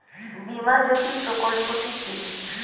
বীমা জ্যোতি প্রকল্পটি কি?